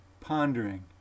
pondering